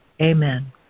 Amen